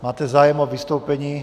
Máte zájem o vystoupení?